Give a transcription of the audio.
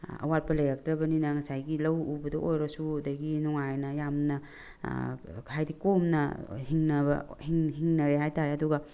ꯑꯋꯥꯠꯄ ꯂꯩꯔꯛꯇ꯭ꯔꯕꯅꯤꯅ ꯉꯁꯥꯏꯒꯤ ꯂꯧ ꯎꯕꯗ ꯑꯣꯏꯔꯁꯨ ꯑꯗꯒꯤ ꯅꯨꯡꯉꯥꯏꯅ ꯌꯥꯝꯅ ꯍꯥꯏꯕꯗꯤ ꯀꯣꯝꯅ ꯍꯤꯡꯅꯕ ꯍꯤꯡꯅꯔꯦ ꯍꯥꯏꯇꯥꯔꯦ ꯑꯗꯨꯒ